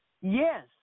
Yes